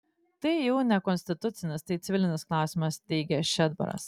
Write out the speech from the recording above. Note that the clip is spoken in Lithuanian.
tai jau ne konstitucinis tai civilinis klausimas teigė šedbaras